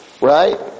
right